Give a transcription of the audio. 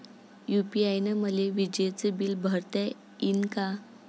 UPI न मले विजेचं बिल भरता यीन का?